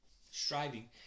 striving